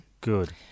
Good